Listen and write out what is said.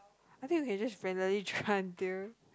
I think we can just randomly try until